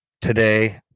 today